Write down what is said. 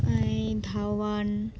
এই ধাওয়ান